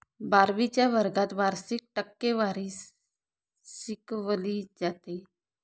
बारावीच्या वर्गात वार्षिक टक्केवारी शिकवली जाते